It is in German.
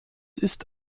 ist